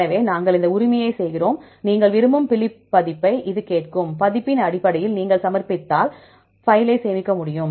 எனவே நாங்கள் இந்த உரிமையைச் செய்கிறோம் நீங்கள் விரும்பும் பிலிப் பதிப்பை இது கேட்கும் பதிப்பின் அடிப்படையில் நீங்கள் சமர்ப்பித்தால் பைலை சேமிக்க முடியும்